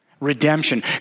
redemption